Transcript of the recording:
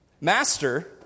Master